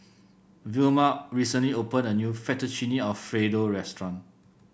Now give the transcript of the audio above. Vilma recently opened a new Fettuccine Alfredo Restaurant